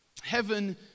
Heaven